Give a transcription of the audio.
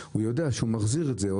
הוא יודע שהוא מחזיר את זה,